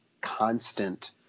constant